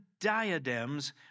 diadems